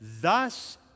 thus